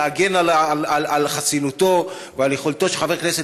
להגן על חסינותו ועל יכולתו של חבר כנסת